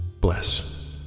bless